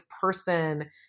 person